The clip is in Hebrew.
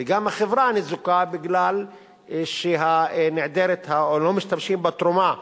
וגם החברה ניזוקים בגלל שלא משתמשים בתרומה,